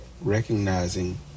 recognizing